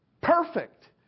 Perfect